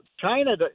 China